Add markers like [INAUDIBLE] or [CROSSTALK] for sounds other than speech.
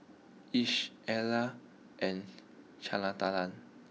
Lish Ella and [UNINTELLIGIBLE]